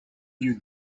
you